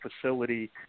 facility